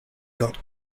got